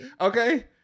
okay